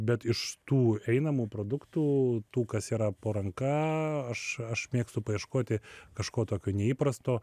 bet iš tų einamų produktų tų kas yra po ranka aš aš mėgstu paieškoti kažko tokio neįprasto